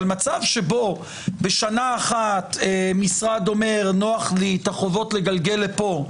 אבל מצב שבו בשנה אחת משרד אומר: נוח לי את החובות לגלגל לפה,